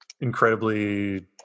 incredibly